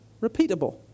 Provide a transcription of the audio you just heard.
repeatable